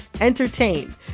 entertain